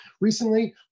recently